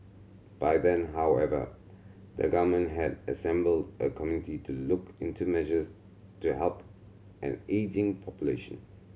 by then however the government had assembled a committee to look into measures to help an ageing population